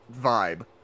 vibe